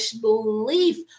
belief